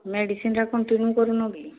ମେଡ଼ିସିନ୍ଟା continue କରୁନ କି